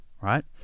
right